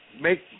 make